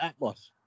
Atmos